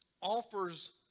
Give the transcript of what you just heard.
offers